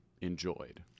enjoyed